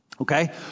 Okay